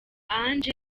ange